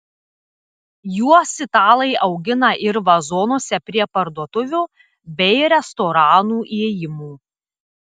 juos italai augina ir vazonuose prie parduotuvių bei restoranų įėjimų